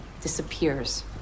disappears